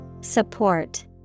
Support